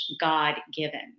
God-given